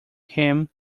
him